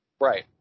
Right